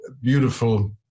beautiful